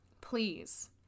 please